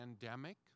pandemic